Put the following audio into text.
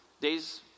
Days